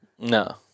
No